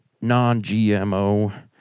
non-GMO